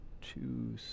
two